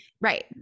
right